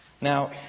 Now